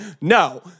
no